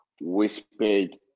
whispered